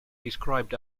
described